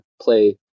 play